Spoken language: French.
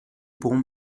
pourrons